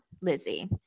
Lizzie